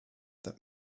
that